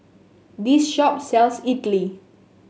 this shop sells idly